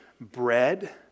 bread